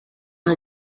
our